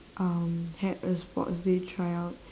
um had a sports day tryout